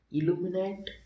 Illuminate